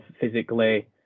physically